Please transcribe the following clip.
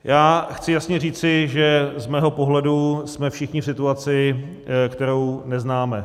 Já chci jasně říci, že z mého pohledu jsme všichni v situaci, kterou neznáme.